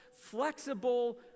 flexible